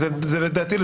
ולדעתי,